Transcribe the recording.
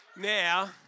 Now